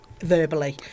verbally